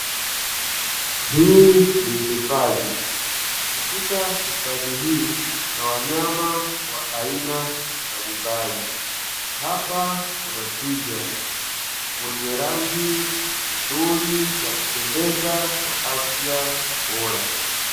Hii ni hifadhi, katika hifadhi hii kuna wanyama wa aina mbalimbali, hapa kuna twiga mwenye rangi nzuri ya kupendeza na afya bora.